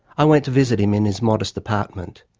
i went to visit him in his modest apartment.